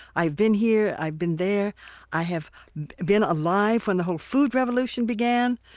i've been here, i've been there. i have been alive when the whole food revolution began.